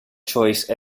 choice